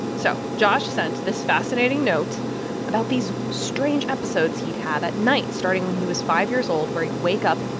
so josh sent this fascinating note about these strange episodes he'd have at night starting when he was five years old where he'd wake up,